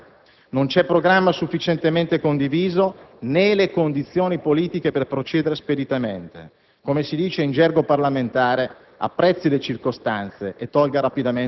Non ci siete, Presidente! Non ci siamo! Non c'è un programma sufficientemente condiviso, né ci sono le condizioni politiche per procedere speditamente. Come si dice in gergo parlamentare,